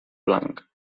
blanc